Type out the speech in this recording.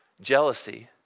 Jealousy